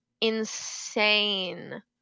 insane